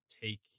take